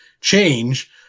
change